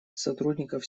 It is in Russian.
сотрудников